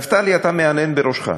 נפתלי, אתה מהנהן בראשך.